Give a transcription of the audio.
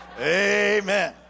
Amen